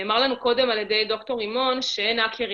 נאמר קודם על ידי ד"ר רימון שאין האקרים